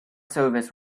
service